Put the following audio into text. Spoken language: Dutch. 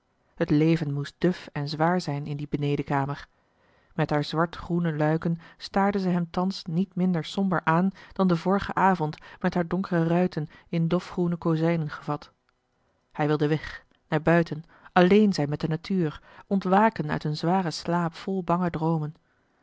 het leven moest duf en zwaar zijn in die benedenkamer met haar zwart groene luiken staarde zij hem thans niet minder somber aan dan den vorigen avond met haar donkere ruiten in dofgroene kozijnen gevat hij wilde weg naar buiten alleen zijn met de natuur ontwaken uit een zwaren slaap vol bange droomen